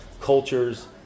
cultures